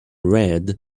red